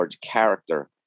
character